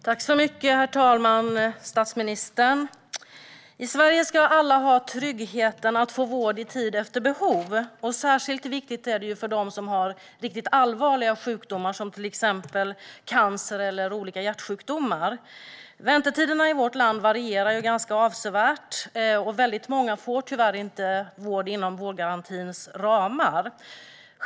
Herr talman! I Sverige ska alla ha tryggheten att få vård i tid efter behov. Särskilt viktigt är det för dem som har riktigt allvarliga sjukdomar, till exempel cancer och olika hjärtsjukdomar. Väntetiderna i vårt land varierar ganska avsevärt, och väldigt många får tyvärr inte vård inom vårdgarantins ramar.